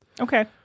Okay